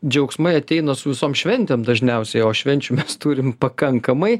džiaugsmai ateina su visom šventėm dažniausiai o švenčių mes turim pakankamai